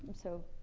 so.